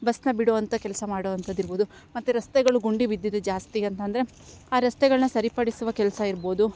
ಬಸ್ನ ಬಿಡುವಂಥ ಕೆಲಸ ಮಾಡುವಂಥದ್ದು ಇರ್ಬೌದು ಮತ್ತು ರಸ್ತೆಗಳು ಗುಂಡಿ ಬಿದ್ದಿದೆ ಜಾಸ್ತಿ ಅಂತ ಅಂದರೆ ಆ ರಸ್ತೆಗಳನ್ನ ಸರಿಪಡಿಸುವ ಕೆಲಸ ಇರ್ಬೋದು